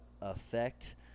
effect